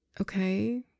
okay